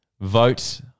vote